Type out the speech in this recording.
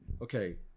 Okay